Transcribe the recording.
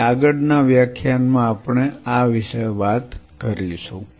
અહીં આગળના વ્યાખ્યાન માં આપણે આ વિશે વાત કરીશું